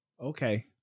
Okay